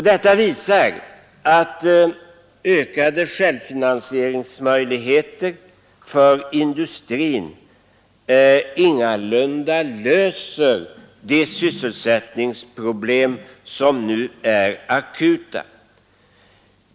Detta visar att ökade självfinansieringsmöjligheter för industrin inte löser de sysselsättningsproblem som nu är akuta.